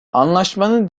anlaşmanın